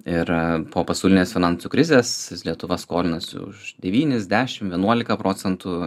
ir po pasaulinės finansų krizės lietuva skolinasi už devynis dešimt vienuolika procentų